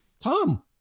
Tom